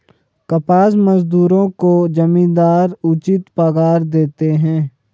कपास मजदूरों को जमींदार उचित पगार देते हैं